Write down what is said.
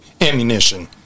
Ammunition